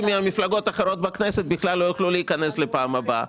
מהמפלגות האחרות בכנסת בכלל לא יוכלו להיכנס בפעם הבאה.